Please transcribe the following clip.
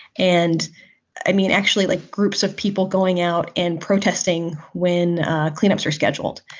and i mean, actually like groups of people going out and protesting when cleanups are scheduled,